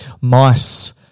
mice